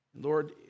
Lord